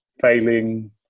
failing